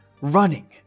running